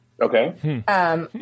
Okay